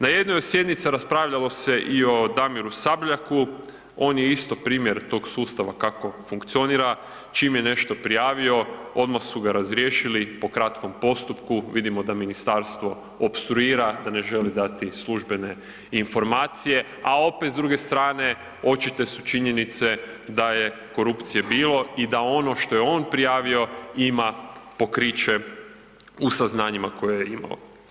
Na jednoj od sjednica raspravljalo se i o Damiru Sabljaku, on je isto primjer tog sustava kako funkcionira, čim je nešto prijavio, odmah su ga razriješili po kratkom postupku, vidimo da ministarstvo opstruira, da ne želi dati službene informacije, a opet, s druge strane, očite su činjenice da je korupcije bilo i da ono što je on prijavio ima pokriće u saznanjima koje je imao.